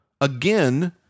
Again